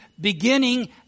beginning